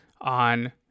on